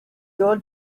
your